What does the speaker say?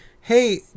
Hey